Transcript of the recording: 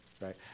right